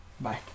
Bye